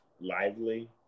lively